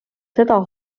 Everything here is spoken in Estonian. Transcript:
seda